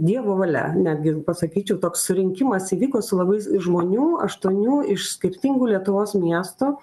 dievo valia netgi pasakyčiau toks surinkimas įvyko su labai žmonių aštuonių iš skirtingų lietuvos miestų